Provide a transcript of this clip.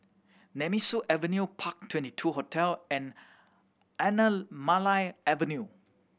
Nemesu Avenue Park Twenty two Hotel and Anamalai Avenue